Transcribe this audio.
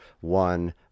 one